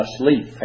sleep